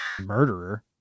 murderer